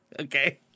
Okay